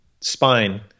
spine